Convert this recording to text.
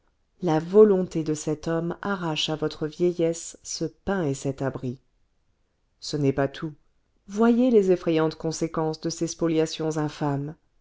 la volonté de cet homme arrache à votre vieillesse ce pain et cet abri ce n'est pas tout voyez les effrayantes conséquences de ces spoliations infâmes